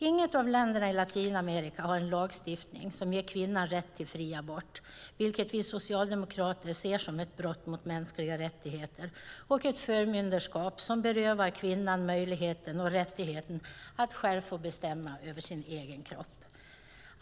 Inget av länderna i Latinamerika har en lagstiftning som ger kvinnan rätt till fri abort, vilket vi socialdemokrater ser som ett brott mot mänskliga rättigheter och ett förmyndarskap som berövar kvinnan möjligheten och rättigheten att själv få bestämma över sin egen kropp.